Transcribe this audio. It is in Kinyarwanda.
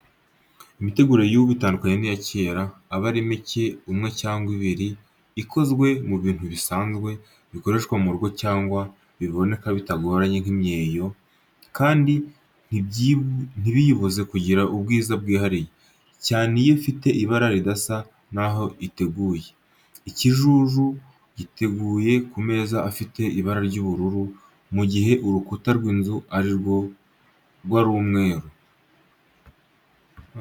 Imiteguro y'ubu itandukanye cyane n'iya kera, aba ari mike, umwe cyangwa ibiri, ikozwe mu bintu bisanzwe bikoreshwa mu rugo cyangwa biboneka bitagoranye nk'imyeyo, kandi ntibiyibuze kugira ubwiza bwihariye, cyane iyo ifite ibara ridasa n'aho iteguye. Ikijuju giteguye ku meza afite ibara ry'ubururu, mu gihe urukuta rw'inzu rwo ari umweru.